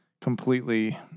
completely